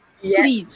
Yes